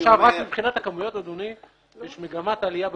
מבחינת הכמויות, יש מגמת עלייה בכמויות.